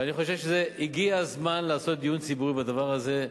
אני חושב שהגיע הזמן לעשות דיון ציבורי על הדבר הזה.